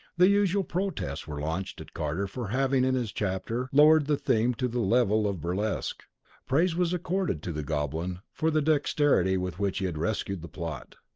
the usual protests were launched at carter for having in his chapter lowered the theme to the level of burlesque praise was accorded to the goblin for the dexterity with which he had rescued the plot.